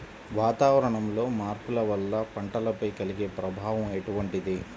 వాతావరణంలో మార్పుల వల్ల పంటలపై కలిగే ప్రభావం ఎటువంటిది?